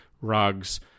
rugs